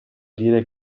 dire